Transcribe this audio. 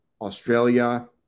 Australia